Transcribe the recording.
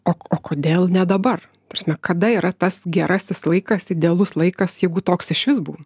o o kodėl ne dabar ta prasme kada yra tas gerasis laikas idealus laikas jeigu toks išvis būna